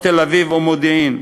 או תל-אביב, או מודיעין?